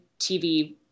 TV